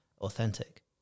authentic